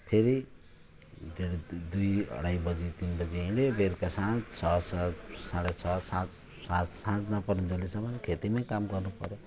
फेरि डेढ दुई दुई अढाई बजे तिन बजे हिँडे बेलुका सात छ सात साढे छ सात साँझ साँझ नपरुन्जेलसम्म खेतीमा काम गर्नु पर्यो